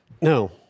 No